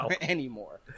anymore